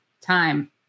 time